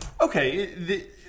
okay –